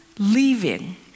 leaving